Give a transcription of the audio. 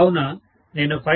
కావున నేను 5